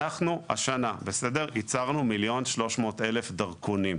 אנחנו השנה ייצרנו מיליון ו-300 אלף דרכונים.